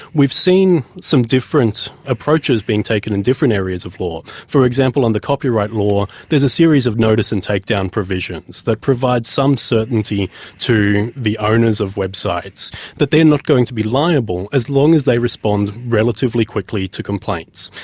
we've seen some different approaches being taken in different areas of law. for example, on the copyright law there's a series of notice and take-down provisions that provide some certainty to the owners of websites that they are not going to be liable as long as they respond relatively quickly to complaints.